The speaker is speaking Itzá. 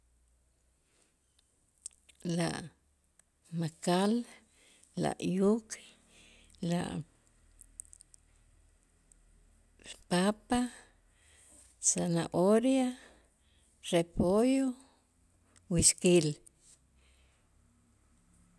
La makal, la yuk, la papa, zanahoria, repollo, güísquil.